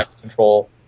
control